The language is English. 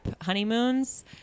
honeymoons